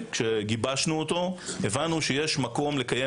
כשגיבשנו את המתווה הבנו שיש מקום לקיים